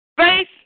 Faith